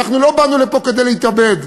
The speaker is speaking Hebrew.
אנחנו לא באנו לפה כדי להתאבד,